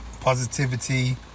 Positivity